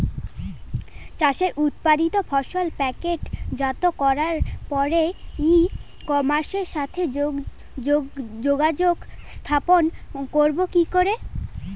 চাষের উৎপাদিত ফসল প্যাকেটজাত করার পরে ই কমার্সের সাথে যোগাযোগ স্থাপন করব কি করে?